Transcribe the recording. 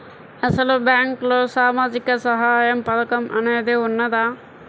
అసలు బ్యాంక్లో సామాజిక సహాయం పథకం అనేది వున్నదా?